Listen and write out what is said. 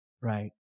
right